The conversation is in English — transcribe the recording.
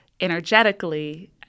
energetically